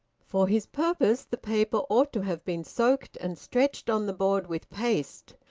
for his purpose the paper ought to have been soaked and stretched on the board with paste,